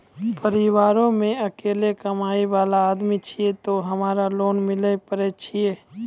परिवारों मे अकेलो कमाई वाला आदमी छियै ते हमरा लोन मिले पारे छियै?